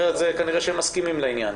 אחרת כנראה שהם מסכימים לעניין.